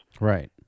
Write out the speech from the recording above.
Right